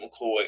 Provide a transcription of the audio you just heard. McCoy